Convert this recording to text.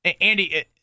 Andy